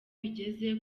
bigeze